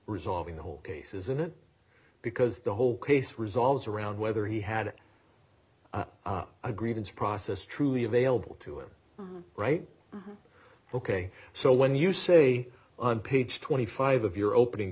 resolving the whole case isn't it because the whole case resolves around whether he had a grievance process truly available to him right ok so when you say on page twenty five of your opening